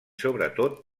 sobretot